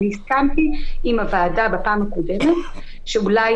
הסכמתי עם הוועדה בפעם הקודמת שאולי